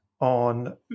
on